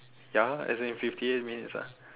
ya as in fifty eight minutes ah